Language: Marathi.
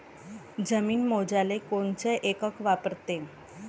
जमीन मोजाले कोनचं एकक वापरते?